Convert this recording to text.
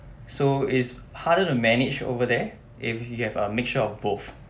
so it's harder to manage over there if you have a mixture of both